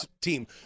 team